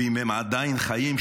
ואם הם עדיין חיים,